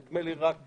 נדמה לי, רק